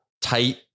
tight